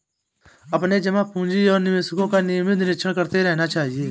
अपने जमा पूँजी और निवेशों का नियमित निरीक्षण करते रहना चाहिए